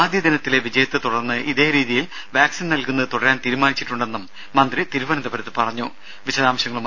ആദ്യ ദിനത്തിലെ വിജയത്തെ തുടർന്ന് ഇതേ രീതിയിൽ വാക്സിൻ നൽകുന്നത് തുടരാൻ തീരുമാനിച്ചിട്ടുണ്ടെന്നും മന്ത്രി തിരുവന്തപുരത്ത് പറഞ്ഞു